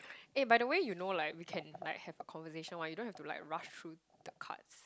eh by the way you know like we can like have a conversation [one] you don't have to like rush through the cards